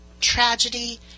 tragedy